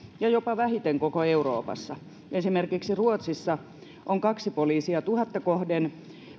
ja jopa vähiten koko euroopassa esimerkiksi ruotsissa on kaksi poliisia tuhatta kohden